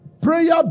Prayer